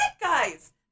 guys